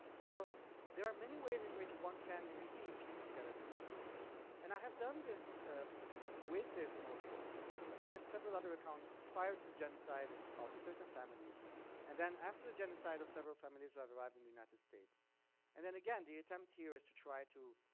so there are many ways in which one can really piece together these stories and andi have done this with this notebook and several other accounts prior to the genocide of certain families and then after the genocide of several families arrived arrived in the united states and then again the attempt here is to try to